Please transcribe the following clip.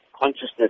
Consciousness